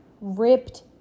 Ripped